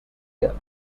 years